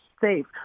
safe